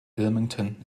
wilmington